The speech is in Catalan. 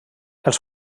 els